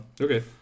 Okay